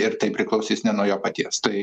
ir tai priklausys ne nuo jo paties tai